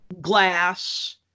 glass